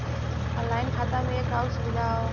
online खाता में एक आउर सुविधा हौ